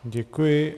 Děkuji.